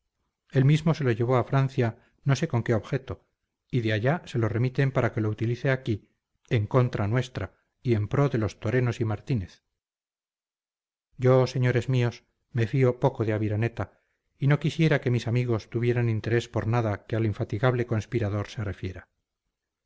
él mismo se lo llevó a francia no sé con qué objeto y de allá se lo remiten para que lo utilice aquí en contra nuestra y en pro de los torenos y martínez yo señores míos me fío poco de aviraneta y no quisiera que mis amigos tuvieran interés por nada que al infatigable conspirador se refiera